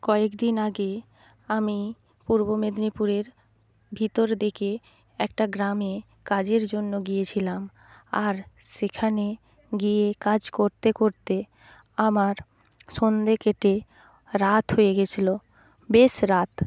কয়েকদিন আগে আমি পূর্ব মেদিনীপুরের ভিতর দিকে একটা গ্রামে কাজের জন্য গিয়েছিলাম আর সেখানে গিয়ে কাজ করতে করতে আমার সন্ধে কেটে রাত হয়ে গেছিলো বেশ রাত